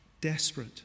desperate